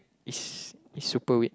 is is super weird